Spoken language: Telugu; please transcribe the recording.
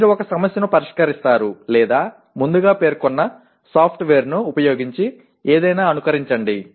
మీరు ఒక సమస్యను పరిష్కరిస్తారు లేదా ముందుగా పేర్కొన్న సాఫ్ట్వేర్ను ఉపయోగించి ఏదైనా అనుకరించండి